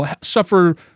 suffer